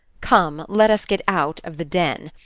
come, let us get out of the den.